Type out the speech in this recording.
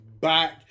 back